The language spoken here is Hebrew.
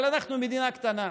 אבל אנחנו מדינה קטנה.